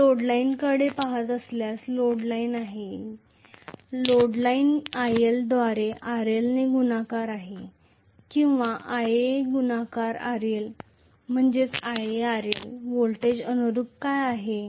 मी load लाईनकडे पहात असल्यास ही लोड लाईन आहे लोड लाइन IL द्वारे RL ने गुणाकार आहे किंवा Ia गुणाकार RL व्होल्टेज अनुरुप काय आहे